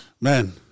Man